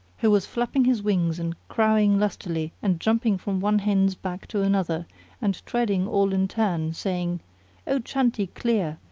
who was flapping his wings and crowing lustily and jumping from one hen's back to another and treading all in turn, saying o chanti clear!